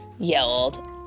yelled